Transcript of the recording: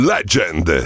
Legend